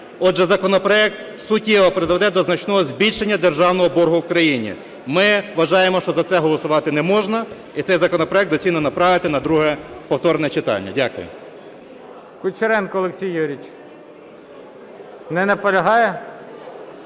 Отже, законопроект суттєво призведе до значного збільшення державного боргу в країні. Ми вважаємо, що за це голосувати неможна, і цей законопроект доцільно направити на друге повторне читання. Дякую.